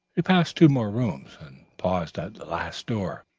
he passed two more rooms, and paused at the last door,